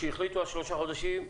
כשהחליטו על שלושה חודשים,